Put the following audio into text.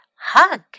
hug